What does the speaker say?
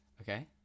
Okay